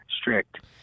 strict